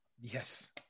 Yes